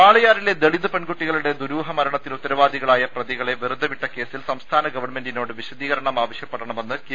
വാളയാറിലെ ദളിത് പെൺകുട്ടികളുടെ ദുരൂഹമരണത്തിനുത്തരവാ ദികളായ പ്രതികളെ വെറുതെവിട്ട കേസിൽ സംസ്ഥാന ഗവൺമെന്റി നോട് വിശദീകരണം ആവശ്യപ്പെടണമെന്ന് കെ